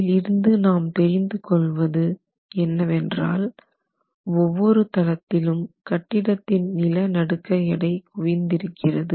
இதிலிருந்து நாம் தெரிந்து கொள்வது என்னவென்றால் ஒவ்வொரு தளத்திலும் கட்டிடத்தின் நிலநடுக்க எடை குவிந்திருக்கிறது